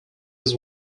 his